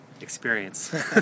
experience